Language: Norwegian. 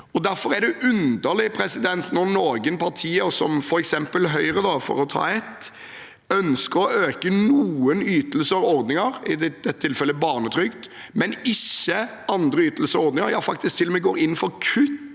Derfor er det underlig at noen partier, som f.eks. Høyre, for å ta ett, ønsker å øke noen ytelser og ordninger, i dette tilfellet barnetrygd, men ikke andre ytelser og ordninger. Ja, en går til og med inn for kutt